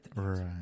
Right